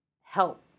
help